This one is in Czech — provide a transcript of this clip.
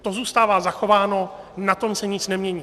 To zůstává zachováno, na tom se nic nemění.